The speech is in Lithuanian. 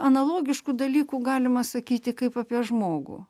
analogiškų dalykų galima sakyti kaip apie žmogų